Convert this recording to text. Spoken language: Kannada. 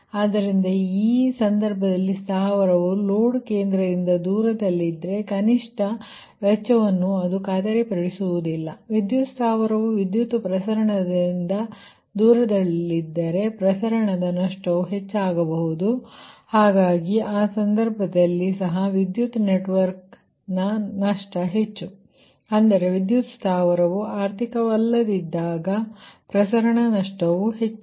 ಆದ್ದರಿಂದ ಆ ಸಂದರ್ಭದಲ್ಲಿ ಸ್ಥಾವರವು ಲೋಡ್ ಕೇಂದ್ರದಿಂದ ದೂರದಲ್ಲಿದ್ದರೆ ಕನಿಷ್ಠ ವೆಚ್ಚವನ್ನು ಅದು ಖಾತರಿಪಡಿಸುವುದಿಲ್ಲ ವಿದ್ಯುತ್ ಸ್ಥಾವರವು ವಿದ್ಯುತ್ ಪ್ರಸರಣದಿಂದ ದೂರದಲ್ಲಿದ್ದರೆ ಪ್ರಸರಣ ನಷ್ಟವು ಹೆಚ್ಚಾಗಬಹುದು ಆದ್ದರಿಂದ ಆ ಸಂದರ್ಭದಲ್ಲಿ ಸಹ ವಿದ್ಯುತ್ ನೆಟ್ವರ್ಕ್ನ ನಷ್ಟ ಹೆಚ್ಚು ಅಂದರೆ ವಿದ್ಯುತ್ ಸ್ಥಾವರವು ಆರ್ಥಿಕವಲ್ಲದಿದ್ದಾಗ ಪ್ರಸರಣ ನಷ್ಟವು ಹೆಚ್ಚು